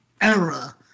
era